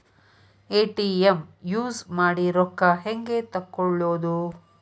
ATM use ಮಾಡಿ ರೊಕ್ಕ ಹೆಂಗೆ ತಕ್ಕೊಳೋದು?